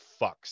fucks